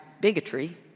bigotry